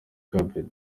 carpet